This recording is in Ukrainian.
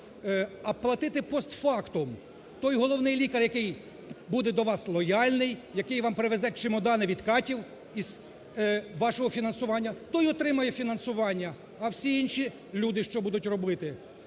а платити постфактум. Той головний лікар, який буде до вас лояльний, який вам привезе чемодани відкатів із вашого фінансування, той отримає фінансування. А всі інші люди що будуть робити?